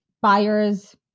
buyers